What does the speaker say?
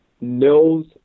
knows